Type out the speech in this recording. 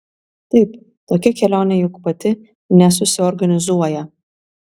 taip tokia kelionė juk pati nesusiorganizuoja